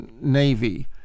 navy